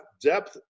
depth